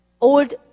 old